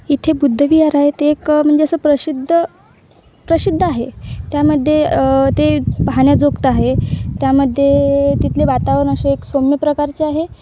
इथे बुद्धविहार आहे ते एक म्हणजे असं प्रसिद्ध प्रसिद्ध आहे त्यामध्ये ते पाहण्याजोगतं आहे त्यामध्ये तिथले वातावरण असे एक सौम्यप्रकारचे आहे